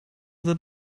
that